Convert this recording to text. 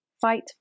Fight